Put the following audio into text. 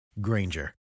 Granger